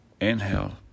Inhale